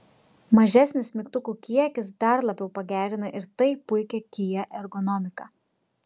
mažesnis mygtukų kiekis dar labiau pagerina ir taip puikią kia ergonomiką